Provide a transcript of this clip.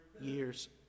years